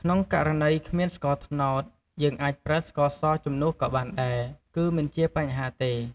ក្នុងករណីគ្មានស្ករត្នោត យើងអាចប្រើស្ករសជំនួសក៏បានដែរ គឺមិនជាបញ្ហាទេ។